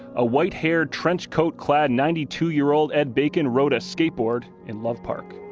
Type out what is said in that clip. a white-haired trenched coat clad, ninety two year old ed bacon rode a skateboard in love park.